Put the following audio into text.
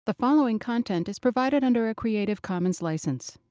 the following content is provided under a creative commons license.